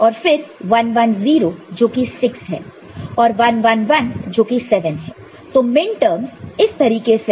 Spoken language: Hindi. और फिर 1 1 0 जोकि 6 है और 1 1 1 जो कि 7 है तो मिनटर्मस इस तरीके से है